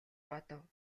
бодов